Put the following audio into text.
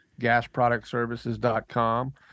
gasproductservices.com